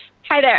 hi, there.